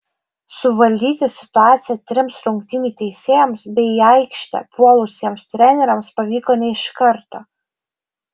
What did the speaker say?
suvaldyti situaciją trims rungtynių teisėjoms bei į aikštę puolusiems treneriams pavyko ne iš karto